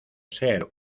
ser